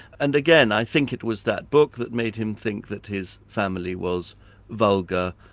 and again, i think it was that book that made him think that his family was vulgar,